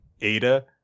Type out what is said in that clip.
Ada